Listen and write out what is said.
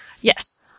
Yes